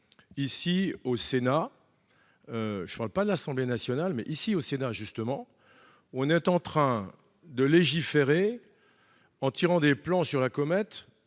ici au Sénat, je ne parle pas de l'Assemblée nationale, mais ici au Sénat, justement, on est en train de légiférer en tirant des plans sur la comète